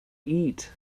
eat